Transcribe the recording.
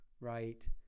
right